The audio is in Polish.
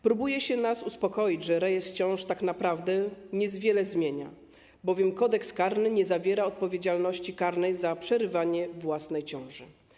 Próbuje się nas uspokoić, że rejestr ciąż tak naprawdę niewiele zmienia, bowiem Kodeks karny nie zawiera odpowiedzialności karnej za przerwanie własnej ciąży.